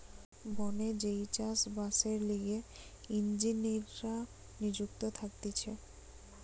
বনে যেই চাষ বাসের লিগে ইঞ্জিনীররা নিযুক্ত থাকতিছে